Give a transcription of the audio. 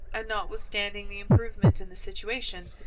and, notwithstanding the improvement in the situation,